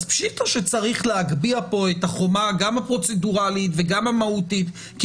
אז פשיטא שצריך להגביה פה את החומה גם הפרוצדורלית וגם המהותית כי